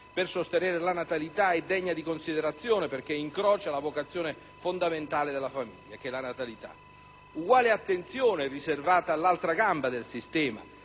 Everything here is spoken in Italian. per sostenere la natalità è degna di considerazione, perché incrocia la vocazione fondamentale della famiglia, che è la natalità. Uguale attenzione è riservata all'altra gamba del sistema,